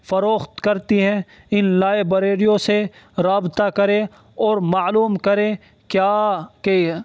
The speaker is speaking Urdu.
فروخت کرتی ہیں ان لائبریریوں سے رابطہ کریں اور معلوم کریں کیا کہ